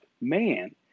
Man